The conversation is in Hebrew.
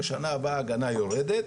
בשנה הבאה ההגנה יורדת,